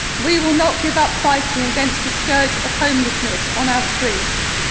we will not give up fighting against the scourge of homelessness on our streets.